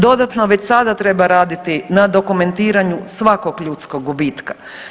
Dodatno, već sada treba raditi na dokumentiraju svakog ljudskog gubitka.